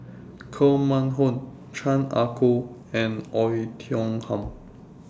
Koh Mun Hong Chan Ah Kow and Oei Tiong Ham